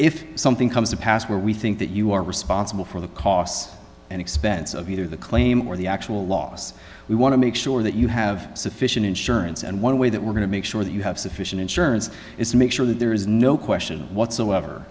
if something comes to pass where we think that you are responsible for the costs and expense of either the claim or the actual loss we want to make sure that you have sufficient insurance and one way that we're going to make sure that you have sufficient insurance is to make sure that there is no question whatsoever